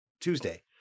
Tuesday